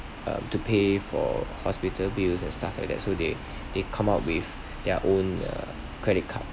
uh to pay for hospital bills and stuff like that so they they come up with their own uh credit card